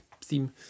theme